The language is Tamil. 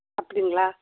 அப்படிங்களா